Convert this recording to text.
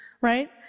right